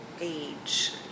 age